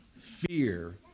fear